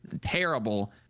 terrible